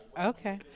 Okay